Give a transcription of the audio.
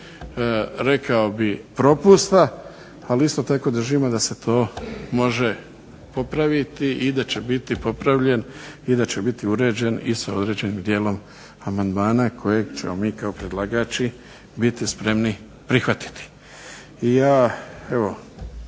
rekao bih propusta, ali isto tako držimo da se to može popraviti i da će biti popravljen i da će biti uređen i sa određenim dijelom amandmana kojeg ćemo mi kao predlagači biti spremni prihvatiti.